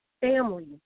family